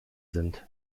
sind